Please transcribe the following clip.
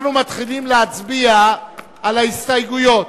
אנחנו מתחילים להצביע על ההסתייגויות,